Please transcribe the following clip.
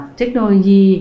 technology